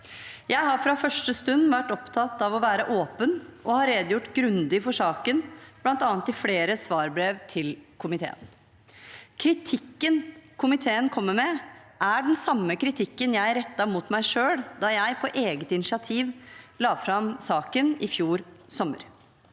Jeg har fra første stund vært opptatt av å være åpen, og har redegjort grundig for saken, bl.a. i flere svarbrev til komiteen. Kritikken komiteen kommer med, er den samme kritikken jeg rettet mot meg selv da jeg på eget initiativ la fram saken i fjor sommer.